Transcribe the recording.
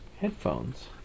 headphones